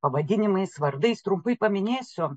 pavadinimais vardais trumpai paminėsiu